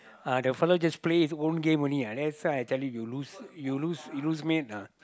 uh the fella just play his own game only that's why you lose you lose lose mate ah